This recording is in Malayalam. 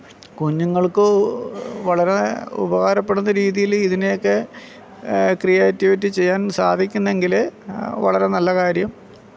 കുഞ്ഞുങ്ങൾക്ക് വളരെ ഉപകാരപ്പെടുന്ന രീതിയിൽ ഇതിനെയെക്കെ ക്രിയേറ്റിവിറ്റി ചെയ്യാൻ സാധിക്കുന്നെങ്കിൽ വളരെ നല്ല കാര്യം